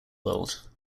world